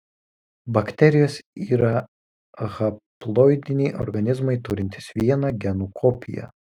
bakterijos yra haploidiniai organizmai turintys vieną genų kopiją